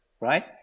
right